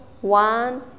one